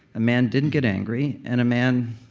a man didn't get angry, and a man.